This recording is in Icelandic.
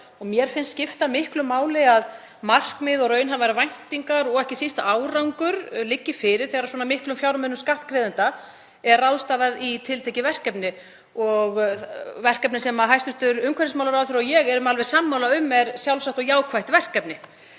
mér finnst skipta miklu máli að markmið og raunhæfar væntingar og ekki síst árangur liggi fyrir þegar svona miklum fjármunum skattgreiðenda er ráðstafað í tiltekið verkefni, sem hæstv. umhverfisráðherra og ég erum alveg sammála um að er sjálfsagt og jákvætt verkefni.